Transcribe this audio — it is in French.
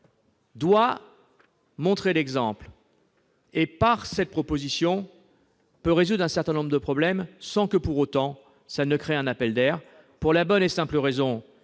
doit montrer l'exemple. Adopter notre proposition permettrait de résoudre un certain nombre de problèmes, sans pour autant créer un appel d'air, pour la bonne et simple raison